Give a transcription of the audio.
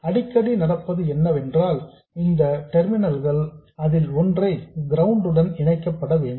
அடிக்கடி நடப்பது என்னவென்றால் இந்த டெர்மினல்கள் அதில் ஒன்றை கிரவுண்ட் உடன் இணைக்கப்பட வேண்டும்